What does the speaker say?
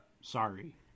sorry